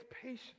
patience